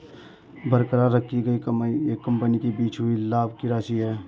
बरकरार रखी गई कमाई एक कंपनी के बचे हुए लाभ की राशि है